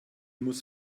muss